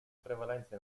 prevalenza